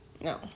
No